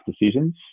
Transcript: decisions